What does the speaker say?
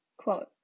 Quote